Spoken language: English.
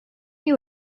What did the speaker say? you